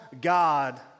God